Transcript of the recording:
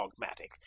dogmatic